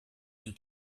and